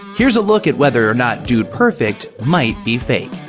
here's a look at whether or not dude perfect might be fake.